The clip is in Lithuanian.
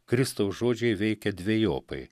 kristaus žodžiai veikia dvejopai